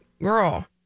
girl